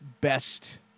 best